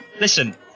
listen